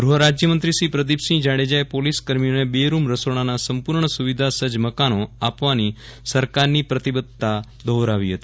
ગૃહ રાજ્યમંત્રી શ્રી પ્રદીપસિંહ જાડેજાએ પોલીસ કર્મીઓને બે રૂમ રસોડાના સંપૂર્ણ સુવિધા સજજ મકાનો આપવાની સરકારની પ્રતિબધ્ધતા દોહરાવી હતી